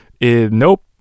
Nope